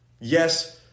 Yes